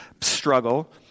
struggle—